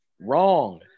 wrong